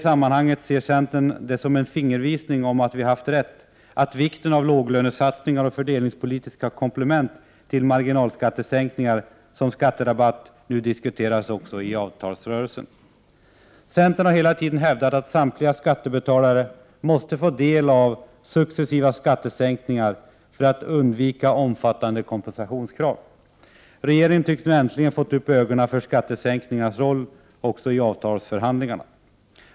Som en fingervisning om att vi haft rätt ser centern i det sammanhanget att vikten av låglönesatsningar och fördelningspolitiska komplement till marginalskattesänkningar såsom skatterabatt nu diskuteras också i avtalsrörelsen. Centern har hela tiden hävdat att samtliga skattebetalare måste få del av successiva skattesänkningar för att man skall undvika omfattande kompensationskrav. Regeringen tycks nu äntligen ha fått upp ögonen för skattesänkningarnas roll också i avtalsförhandlingarna.